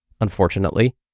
Unfortunately